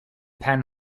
penn